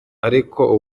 ariko